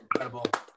incredible